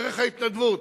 ערך ההתנדבות.